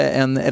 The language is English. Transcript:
en